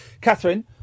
Catherine